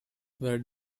were